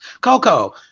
Coco